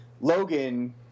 Logan